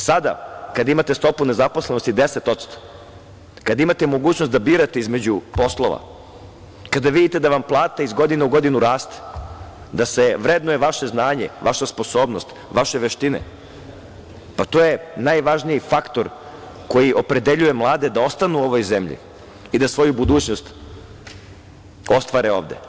Sada, kada imate stopu nezaposlenosti 10%, kada imate mogućnost da birate između poslova, kada vidite da vam plata iz godine u godinu raste, da se vrednuje vaše znanje, vaša sposobnost, vaše veštine, to je najvažniji faktor koji opredeljuje mlade da ostanu u ovoj zemlji i da svoju budućnost ostvare ovde.